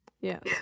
Yes